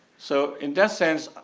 so in that sense,